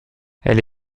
elle